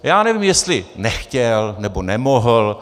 Já nevím, jestli nechtěl, nebo nemohl.